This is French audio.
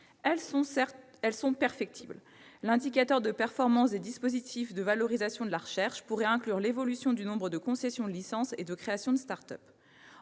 Elles sont perfectibles : l'indicateur de performance des dispositifs de valorisation de la recherche pourrait inclure l'évolution du nombre de concessions de licences et de créations de start-up.